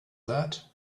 that